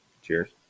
Cheers